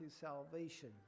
salvation